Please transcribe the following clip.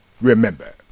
remember